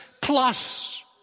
plus